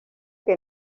que